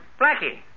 Blackie